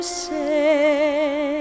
say